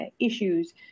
issues